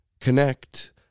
connect